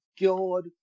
god